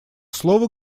слово